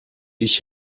ich